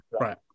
Right